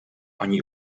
oni